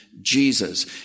Jesus